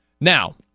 Now